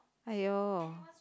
!aiyo!